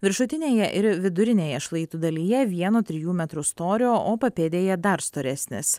viršutinėje ir vidurinėje šlaitų dalyje vieno trijų metrų storio o papėdėje dar storesnis